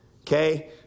okay